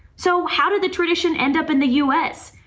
so how did the tradition end up in the u s.